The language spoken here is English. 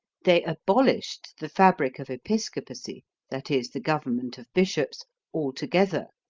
they abolished the fabric of episcopacy that is, the government of bishops altogether.